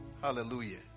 Hallelujah